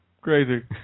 Crazy